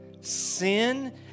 Sin